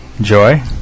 Joy